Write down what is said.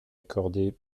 accordé